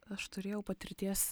aš turėjau patirties